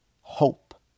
hope